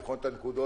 לבחון את הנקודות.